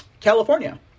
California